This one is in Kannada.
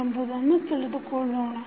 ಎಂಬುದನ್ನು ತಿಳಿದುಕೊಳ್ಳೋಣ